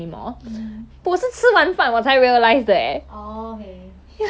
stare 回他 what will you do if 人家 like 一直 stare at 你 on like public transport